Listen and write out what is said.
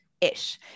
ish